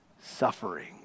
suffering